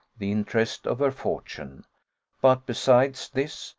the interest of her fortune but besides this,